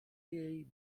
jej